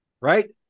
Right